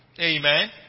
Amen